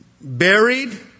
buried